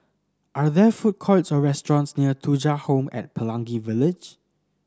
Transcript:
are there food courts or restaurants near Thuja Home at Pelangi Village